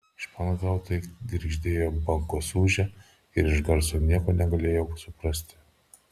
španhautai girgždėjo bangos ūžė ir iš garso nieko negalėjau suprasti